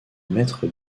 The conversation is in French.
maître